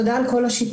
תודה על כל השיתופים.